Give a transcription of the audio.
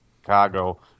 Chicago